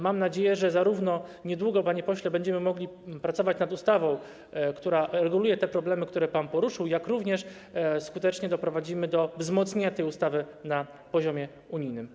Mam nadzieję, że niedługo, panie pośle, będziemy mogli zarówno pracować nad ustawą, która reguluje te problemy, które pan poruszył, jak i skutecznie doprowadzimy do wzmocnienia tej ustawy na poziomie unijnym.